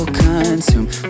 consumed